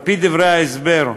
על-פי דברי ההסבר,